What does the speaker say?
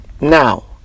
Now